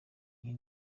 iyi